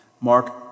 Mark